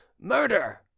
murder